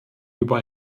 über